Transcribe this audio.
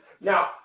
Now